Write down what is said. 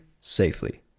safely